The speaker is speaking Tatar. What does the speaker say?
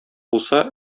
булса